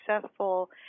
successful